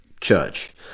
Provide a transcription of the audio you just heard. church